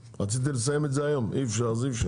רציתי לסיים את זה היום, אי אפשר אז אי אפשר.